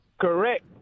Correct